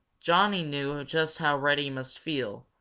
johnny knew just how reddy must feel,